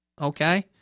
Okay